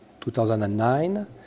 2009